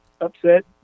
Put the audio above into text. upset